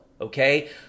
okay